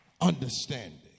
understanding